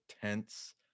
tense